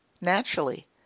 Naturally